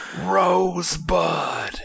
Rosebud